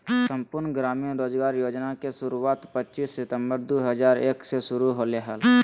संपूर्ण ग्रामीण रोजगार योजना के शुरुआत पच्चीस सितंबर दु हज़ार एक मे शुरू होलय हल